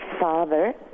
father